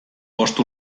bost